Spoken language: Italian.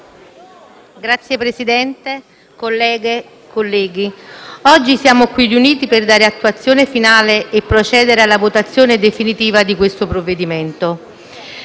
Signor Presidente, colleghe, colleghi, oggi siamo qui riuniti per dare attuazione finale e procedere alla votazione definitiva di questo provvedimento,